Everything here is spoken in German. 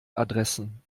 adressen